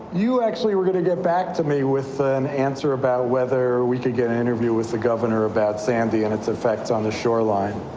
you actually were gonna get back to me with an answer about whether we could get an interview with the governor about sandy and its effects on the shoreline.